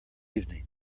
evening